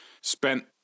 spent